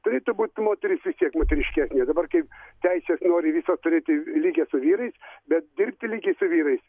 turėtų būt moteris vis tiek moteriškesnė dabar kaip teises nori visos turėti lygią su vyrais bet dirbti lygiai su vyrais